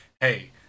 hey